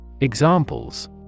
Examples